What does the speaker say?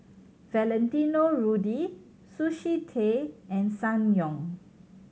Valentino Rudy Sushi Tei and Ssangyong